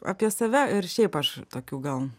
apie save ir šiaip aš tokių gal